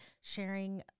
sharing